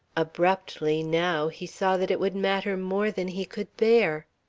abruptly now he saw that it would matter more than he could bear.